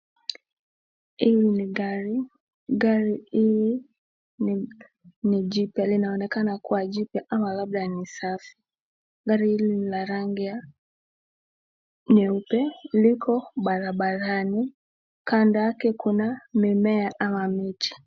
Hili ni gari, gari hili ni jipya linaonekana kuwa ni jipya ama labda ni safi. Gari hili lina rangi ya nyeupe. Liko barabarani, kando yake kuna mimea ama miti.